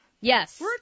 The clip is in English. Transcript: Yes